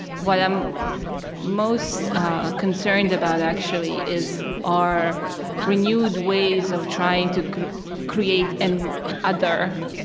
what i'm most concerned about actually is our renewed ways of trying to create an other.